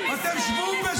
כשאתה אומר כזה דבר,